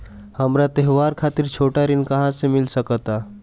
हमरा त्योहार खातिर छोट ऋण कहाँ से मिल सकता?